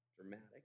dramatic